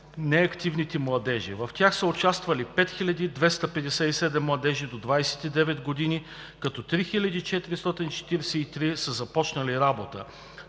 неактивните младежи. В тях са участвали 5257 младежи до 29 години, като 3443 са започнали работа.